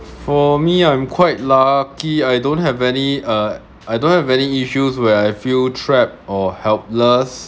for me I'm quite lucky I don't have any uh I don't have any issues where I feel trapped or helpless